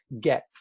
get